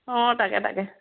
অঁ তাকে তাকে